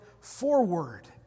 forward